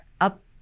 up